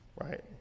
right